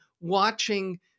watching